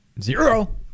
Zero